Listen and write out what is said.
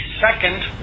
second